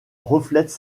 reflètent